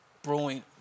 brewing